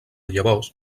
llavors